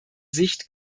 sicht